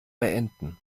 beenden